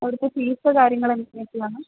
അവിടുത്തെ ഫീസോ കാര്യങ്ങളും എങ്ങനെയൊക്കെയാണ്